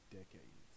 decades